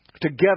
Together